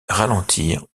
ralentir